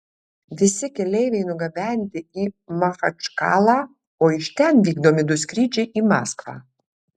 visi keleiviai nugabenti į machačkalą o iš ten vykdomi du skrydžiai į maskvą